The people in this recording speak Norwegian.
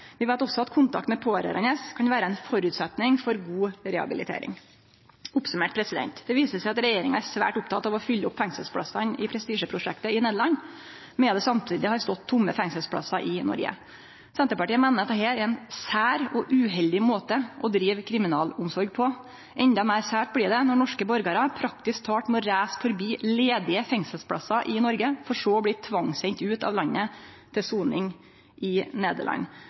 Vi veit også at kontakten med pårørande kan vere ein føresetnad for god rehabilitering. Oppsummert: Det viser seg at regjeringa er svært oppteken av å fylle opp fengselsplassane i prestisjeprosjektet i Nederland, medan det samtidig har stått tomme fengselsplassar i Noreg. Senterpartiet meiner at dette er ein sær og uheldig måte å drive kriminalomsorg på. Endå meir sært blir det når norske borgarar praktisk talt må reise forbi ledige fengselsplassar i Noreg, for så å bli tvangssende ut av landet til soning i Nederland.